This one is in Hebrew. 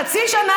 חצי שנה,